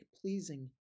pleasing